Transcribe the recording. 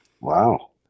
Wow